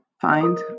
find